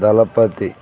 దళపతి